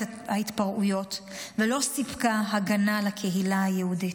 ההתפרעויות ולא סיפקה הגנה לקהילה היהודית.